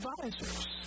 advisors